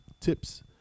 tips